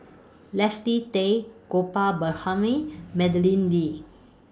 Leslie Tay Gopal Madeleine Lee